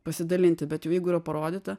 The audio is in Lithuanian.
pasidalinti bet jau jeigu yra parodyta